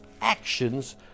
actions